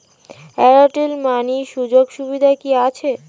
Airtel money সুযোগ সুবিধা কি আছে?